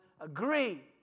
agree